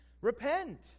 repent